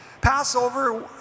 Passover